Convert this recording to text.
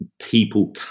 people